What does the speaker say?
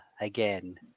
again